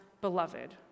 beloved